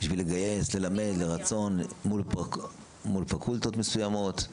בשביל לגייס, ללמד, מול פקולטות מסוימות,